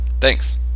Thanks